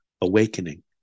Awakening